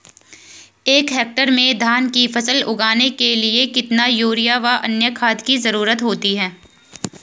एक हेक्टेयर में धान की फसल उगाने के लिए कितना यूरिया व अन्य खाद की जरूरत होती है?